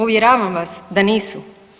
Uvjeravam vas da nisu.